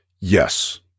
Yes